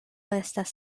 estas